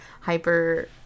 hyper